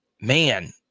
man